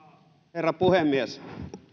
herra puhemies